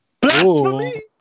Blasphemy